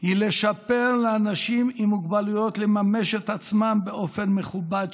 לאפשר לאנשים עם מוגבלויות לממש את עצמם באופן מכובד,